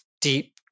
deep